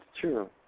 true